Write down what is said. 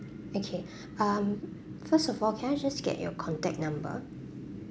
okay um first of all can I just get your contact number